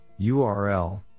URL